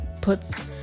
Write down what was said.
Puts